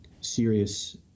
serious